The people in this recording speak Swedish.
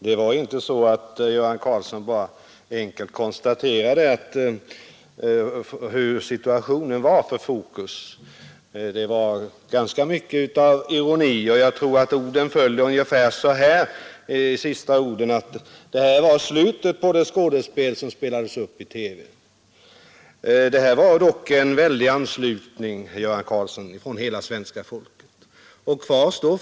Herr talman! Herr Göran Karlsson konstaterade inte bara hur situationen var för Stiftelsen Fokus. Det låg ganska mycket ironi i hans ord som föll ungefär så här: Det här var slutet på det skådespel som spelades upp i TV. Det var dock en mycket stor anslutning till denna insamling från hela svenska folket, herr Karlsson.